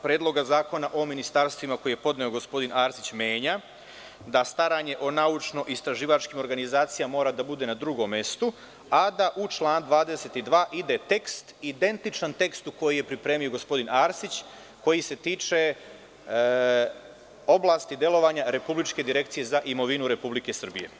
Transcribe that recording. Predloga zakona o ministarstvima, koji je podneo gospodin Arsić, menja, da staranje o naučno-istraživačkim organizacijama mora da bude na drugom mestu, a da u članu 22. ide tekst identičan tekstu koji je pripremio gospodin Arsić, koji se tiče oblasti delovanja Republičke direkcije za imovinu RS.